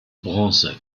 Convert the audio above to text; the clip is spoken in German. bronze